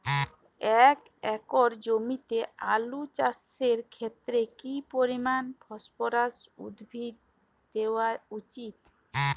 এক একর জমিতে আলু চাষের ক্ষেত্রে কি পরিমাণ ফসফরাস উদ্ভিদ দেওয়া উচিৎ?